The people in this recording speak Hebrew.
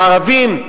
לערבים,